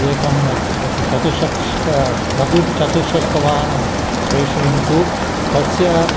एकं ब चतुश्चक्षिक लगु चतुश्चक्रिकं वाहनं प्रेषयन्तु तस्य